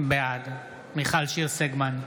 בעד מיכל שיר סגמן,